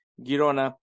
Girona